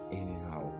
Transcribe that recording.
anyhow